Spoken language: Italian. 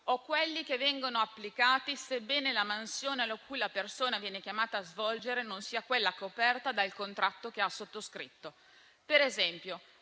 o quelli che vengono applicati sebbene la mansione che la persona viene chiamata a svolgere non sia quella coperta dal contratto che ha sottoscritto. Per esempio,